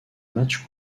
matches